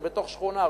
זה בתוך שכונה,